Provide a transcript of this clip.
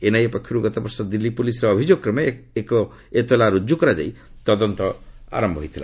NIA ପକ୍ଷରୁ ଗତବର୍ଷ ଦିଲ୍ଲୀ ପୁଲିସ୍ର ଅଭିଯୋଗ କ୍ରମେ ଏକ ଏତଲା ରୁଜୁ କରାଯାଇ ତଦନ୍ତ ଆରମ୍ଭ ହୋଇଥିଲା